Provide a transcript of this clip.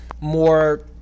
more